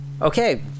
okay